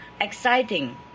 exciting